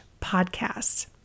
podcast